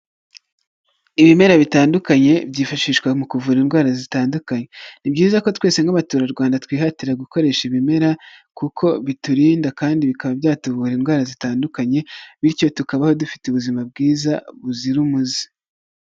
Ibimera bitandukanye byifashishwa mu kuvura indwara zitandukanye. Ni byiza ko twese nk'abaturarwanda twihatira gukoresha ibimera kuko biturinda kandi bikaba byatuvura indwara zitandukanye. Bityo tukabaho dufite ubuzima bwiza buzira umuze.